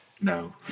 no